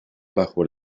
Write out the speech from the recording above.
bajo